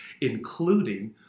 including